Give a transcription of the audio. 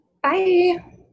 Bye